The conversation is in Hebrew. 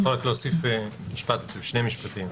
אני רוצה רק להוסיף שני משפטים.